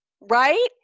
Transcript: Right